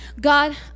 God